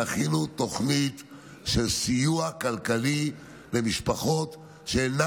תכינו תוכנית של סיוע כלכלי למשפחות שאינן